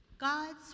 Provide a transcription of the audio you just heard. god's